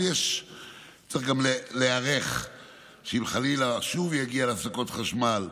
אבל צריך גם להיערך שאם חלילה שוב זה יגיע להפסקות חשמל,